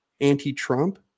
anti-Trump